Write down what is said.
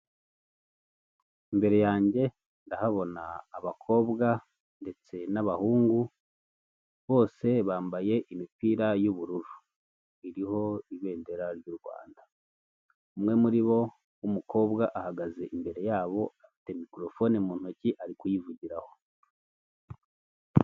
Imbere yanjye ndahabona abakobwa ndetse n'abahungu, bose bambaye imipira y'ubururu. Iriho ibendera ry'u Rwanda. Umwe muri bo w'umukobwa ahagaze imbere yabo, afite mikorofone mu ntoki, ari kuyivugiraho.